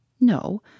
No